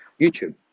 YouTube